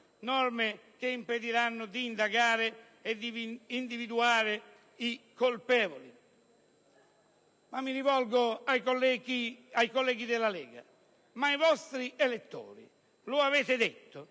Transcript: norme che impediranno di indagare e di individuare i colpevoli. Ma mi rivolgo ai colleghi della Lega: ai vostri elettori lo avete detto?